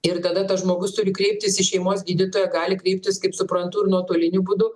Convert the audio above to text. ir tada tas žmogus turi kreiptis į šeimos gydytoją gali kreiptis kaip suprantu ir nuotoliniu būdu